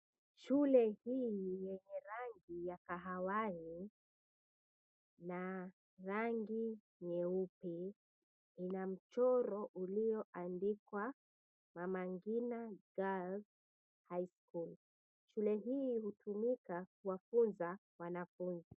Shule hii yenye rangi ya kahawai na rangi nyeupe ina mchoro ulioandikwa Mama Ngina Girls High School. Shule hii hutumika kuwafunza wanafunzi.